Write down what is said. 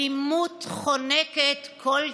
אלימות חונקת כל תקווה.